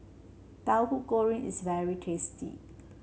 Tahu Goreng is very tasty